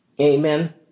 Amen